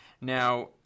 Now